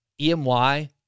EMY